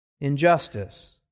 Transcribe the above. injustice